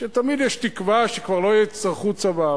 שתמיד יש תקווה שכבר לא יצטרכו צבא,